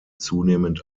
zunehmend